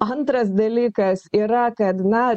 antras dalykas yra kad na